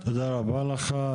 תודה רבה לך.